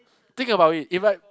think about it if I